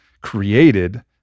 created